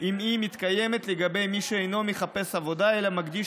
אם היא מתקיימת לגבי מי שאינו מחפש עבודה אלא מקדיש